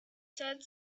said